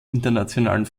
internationalen